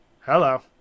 Hello